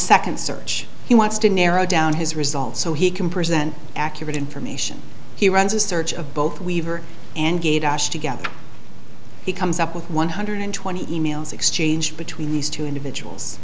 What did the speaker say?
second search he wants to narrow down his results so he can present accurate information he runs a search of both weaver and gate ash together he comes up with one hundred twenty e mails exchanged between these two individuals